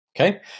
okay